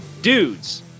dudes